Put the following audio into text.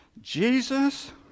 Jesus